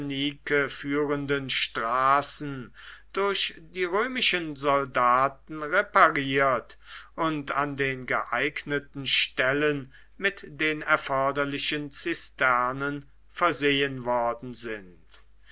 führenden straßen durch die römischen soldaten repariert und an den geeigneten stellen mit den erforderlichen zisternen versehen worden sind